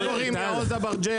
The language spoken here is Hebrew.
ממושב בדרום,